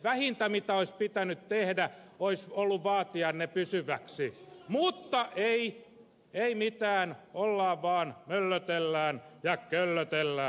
vähintä mitä olisi pitänyt tehdä olisi ollut vaatia ne pysyviksi mutta ei mitään ollaan vaan möllötellään ja köllötellään